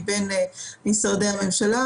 המסמך המרכז?